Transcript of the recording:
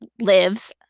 lives